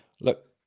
Look